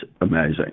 amazing